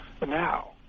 now